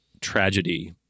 tragedy